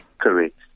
Correct